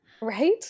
Right